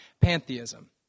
pantheism